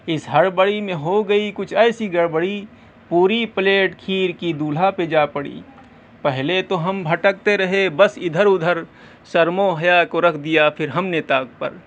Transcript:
اس ہڑبڑی میں ہو گئی کچھ ایسی گڑبڑی پوری پلیٹ کھیر کی دولہا پہ جا پڑی پہلے تو ہم بھٹکتے رہے بس ادھر ادھر شرم و حیا کو رکھ دیا پھر ہم نے طاق پر